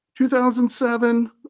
2007